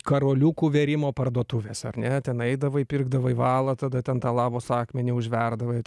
karoliukų vėrimo parduotuvės ar ne ten eidavai pirkdavai valą tada ten tą lavos akmenį užverdavai ten